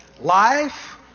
life